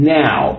now